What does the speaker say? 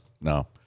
no